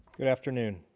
good afternoon.